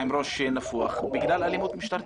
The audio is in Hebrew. עם ראש נפוח בגלל אלימות משטרתית.